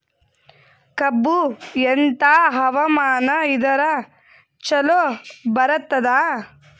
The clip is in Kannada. ಕಬ್ಬು ಎಂಥಾ ಹವಾಮಾನ ಇದರ ಚಲೋ ಬರತ್ತಾದ?